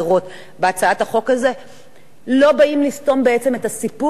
בהצעת החוק הזו לא באות לסתום בעצם את הסיפור,